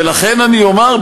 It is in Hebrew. ולכן אני אומַר,